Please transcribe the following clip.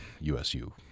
USU